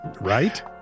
Right